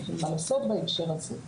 אין מה לעשות בהקשר הזה.